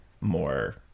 more